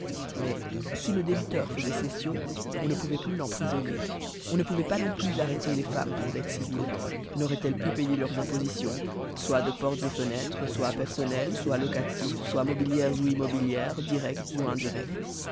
mais si le débiteur faisait cession on ne pouvait plus l'emprisonner on ne pouvait pas non plus arrêter les femmes pour dettes civiles nauraient elles pas payé leurs impositions soit de portes et fenêtres soit personnelles soit locatives soit mobilières ou immobilières directes ou indirectes